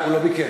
הוא לא ביקש.